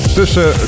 tussen